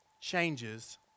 changes